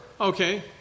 Okay